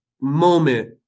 moment